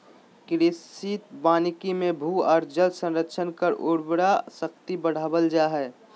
कृषि वानिकी मे भू आर जल संरक्षण कर उर्वरा शक्ति बढ़ावल जा हई